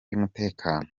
y’umutekano